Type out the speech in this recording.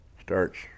starts